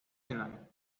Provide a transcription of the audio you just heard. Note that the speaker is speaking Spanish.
nacional